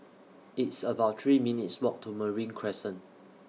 It's about three minutes' Walk to Marine Crescent